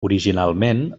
originalment